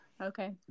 Okay